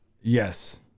Yes